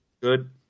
Good